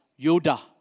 Yoda